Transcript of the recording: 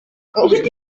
υποδοχής